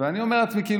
ואני אומר לעצמי: